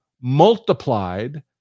multiplied